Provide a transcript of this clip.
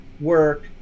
work